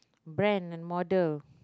brand and model